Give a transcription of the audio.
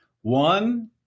One